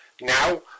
Now